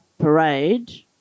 parade